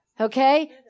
Okay